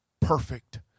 perfect